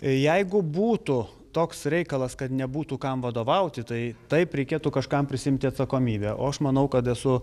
jeigu būtų toks reikalas kad nebūtų kam vadovauti tai taip reikėtų kažkam prisiimti atsakomybę o aš manau kad esu